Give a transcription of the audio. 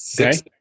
Okay